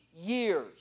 years